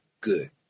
good